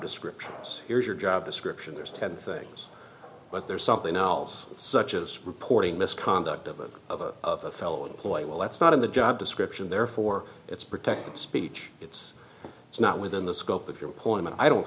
descriptions here's your job description there's ten things but there's something else such as reporting misconduct of a of a fellow employee well that's not in the job description therefore it's protected speech it's not within the scope of your employment i don't